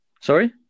Sorry